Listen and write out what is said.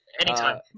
Anytime